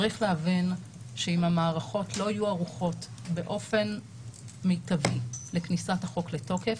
צריך להבין שאם המערכות לא יהיו ערוכות באופן מיטבי לכניסת החוק לתוקף,